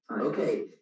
Okay